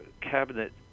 cabinet